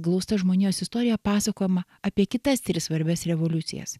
glausta žmonijos istorija pasakojama apie kitas tris svarbias revoliucijas